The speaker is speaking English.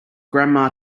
grandma